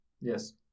Yes